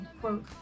quote